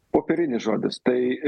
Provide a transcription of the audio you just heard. popierinis žodis tai